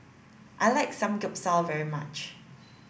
I like Samgeyopsal very much